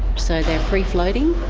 so they're free floating.